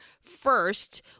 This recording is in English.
first